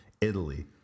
Italy